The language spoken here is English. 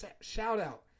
shout-out